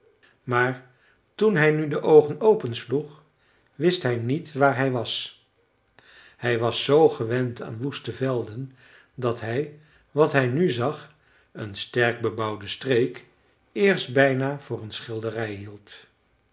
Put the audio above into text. maar toen hij nu de oogen opsloeg wist hij niet waar hij was hij was zoo gewend aan woeste velden dat hij wat hij nu zag een sterk bebouwde streek eerst bijna voor een schilderij hield